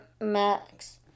Max